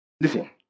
Listen